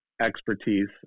expertise